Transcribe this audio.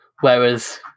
whereas